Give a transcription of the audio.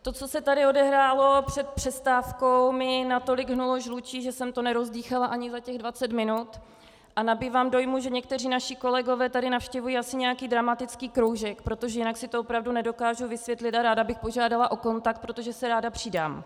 To, co se tady odehrálo před přestávkou, mi natolik hnulo žlučí, že jsem to nerozdýchala ani za těch dvacet minut a nabývám dojmu, že někteří naši kolegové tady navštěvují asi nějaký dramatický kroužek, protože jinak si to opravdu nedokážu vysvětlit, a ráda bych požádala o kontakt, protože se ráda přidám.